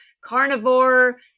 carnivore